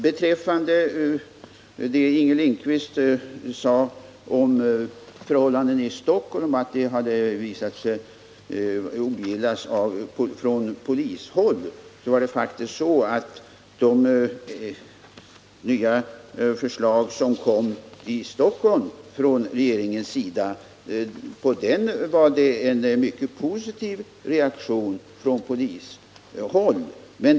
Beträffande det Inger Lindquist sade om att åtgärder i Stockholm hade ogillats från polishåll vill jag framhålla att det förslag som regeringen lade fram när det gäller Stockholm faktiskt möttes av en mycket positiv reaktion från polisens sida.